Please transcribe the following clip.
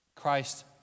Christ